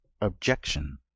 objection